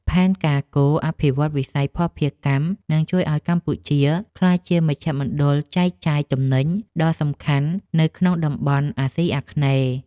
ផែនការគោលអភិវឌ្ឍន៍វិស័យភស្តុភារកម្មនឹងជួយឱ្យកម្ពុជាក្លាយជាមជ្ឈមណ្ឌលចែកចាយទំនិញដ៏សំខាន់នៅក្នុងតំបន់អាស៊ីអាគ្នេយ៍។